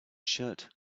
shirt